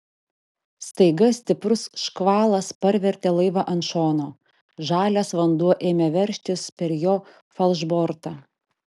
staiga stiprus škvalas parvertė laivą ant šono žalias vanduo ėmė veržtis per jo falšbortą